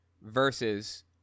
versus